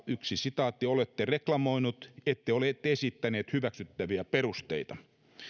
yksi sitaatti kirjeenvaihdosta olette reklamoinut ette ole esittänyt hyväksyttäviä perusteita